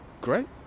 great